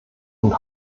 und